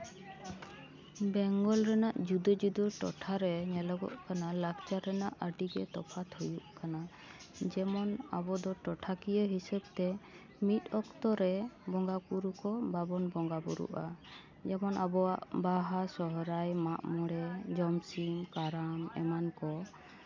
ᱵᱮᱝᱜᱚᱞ ᱨᱮᱱᱟᱜ ᱡᱩᱫᱟᱹ ᱡᱩᱫᱟᱹ ᱴᱚᱴᱷᱟ ᱨᱮ ᱧᱮᱞᱚᱜᱚᱜ ᱠᱟᱱᱟ ᱞᱟᱠᱪᱟᱨ ᱨᱮᱱᱟᱜ ᱟᱹᱰᱤᱜᱮ ᱛᱚᱯᱷᱟᱛ ᱦᱩᱭᱩᱜ ᱠᱟᱱᱟ ᱡᱮᱢᱚᱱ ᱟᱵᱚ ᱫᱚ ᱴᱚᱴᱷᱟ ᱠᱤᱭᱟᱹ ᱦᱤᱥᱟᱹᱵᱽ ᱛᱮ ᱢᱤᱫ ᱚᱠᱛᱚ ᱨᱮ ᱵᱚᱸᱜᱟᱼᱵᱩᱨᱩ ᱠᱚ ᱵᱟᱵᱚᱱ ᱵᱚᱸᱜᱟᱼᱵᱩᱨᱩᱜᱼᱟ ᱡᱮᱢᱚᱱ ᱟᱵᱚᱣᱟᱜ ᱵᱟᱦᱟ ᱥᱚᱨᱦᱟᱭ ᱢᱟᱜᱼᱢᱚᱬᱮ ᱡᱚᱢᱥᱤᱢ ᱠᱟᱨᱟᱢ ᱮᱢᱟᱱ ᱠᱚ